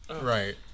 Right